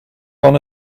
van